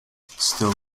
still